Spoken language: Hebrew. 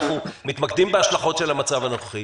אנחנו מתמקדים בהשלכות של המצב הנוכחי